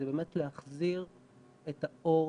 זה באמת להחזיר את האור